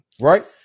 Right